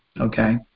okay